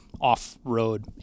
off-road